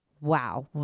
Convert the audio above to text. wow